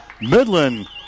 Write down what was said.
Midland